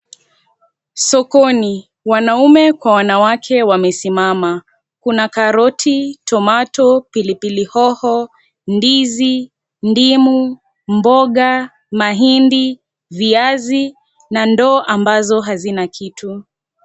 Sokoni, wanaume kwa wanawake wamesimama. Kuna karoti, tomato , pilipili hoho, ndizi, ndimu, mboga, mahindi, viazi na ndoo ambazo hazina kitu.